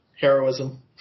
Heroism